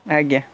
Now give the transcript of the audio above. ଆଜ୍ଞା